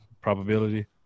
probability